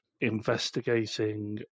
investigating